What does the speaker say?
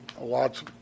lots